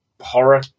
horror